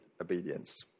obedience